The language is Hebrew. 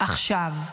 עכשיו.